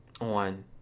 on